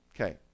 Okay